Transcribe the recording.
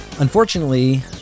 Unfortunately